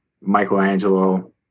Michelangelo